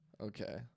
Okay